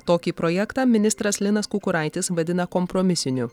tokį projektą ministras linas kukuraitis vadina kompromisiniu